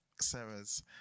sarah's